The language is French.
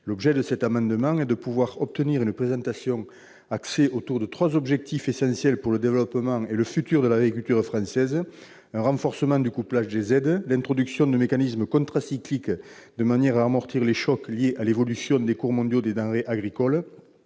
Par cet amendement, il s'agit d'obtenir une présentation axée autour de trois objectifs essentiels pour le développement et l'avenir de l'agriculture française : un renforcement du couplage des aides ; l'introduction de mécanismes « contracycliques » destinés à amortir les chocs liés à l'évolution des cours mondiaux des denrées agricoles